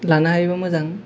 लानो हायोबा मोजां